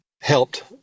helped